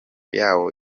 yawo